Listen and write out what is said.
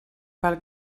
pel